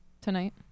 tonight